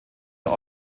der